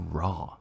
raw